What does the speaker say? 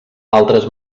altres